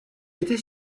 était